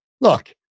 look